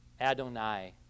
Adonai